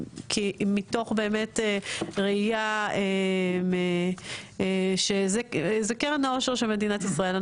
מתוך באמת ראייה שזו קרן העושר של מדינת ישראל.